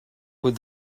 would